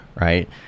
right